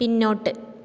പിന്നോട്ട്